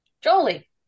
Jolie